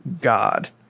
God